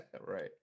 right